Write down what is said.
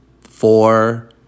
four